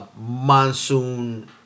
monsoon